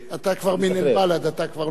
אתה כבר מן